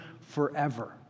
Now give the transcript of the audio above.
forever